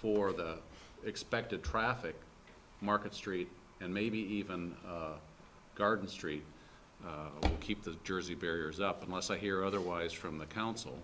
for the expected traffic market street and maybe even garden street keep the jersey barriers up unless i hear otherwise from the council